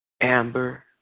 Amber